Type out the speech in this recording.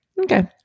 Okay